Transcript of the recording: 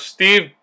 Steve